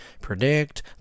predict